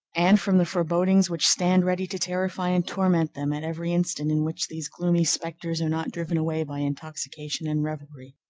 and from the forebodings which stand ready to terrify and torment them at every instant in which these gloomy specters are not driven away by intoxication and revelry.